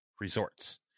resorts